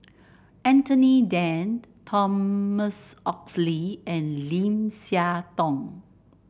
Anthony Then Thomas Oxley and Lim Siah Tong